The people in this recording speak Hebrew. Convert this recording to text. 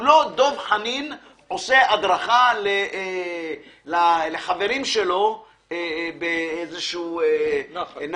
הוא לא דב חנין עושה הדרכה לחברים שלו באיזה נחל.